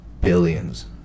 billions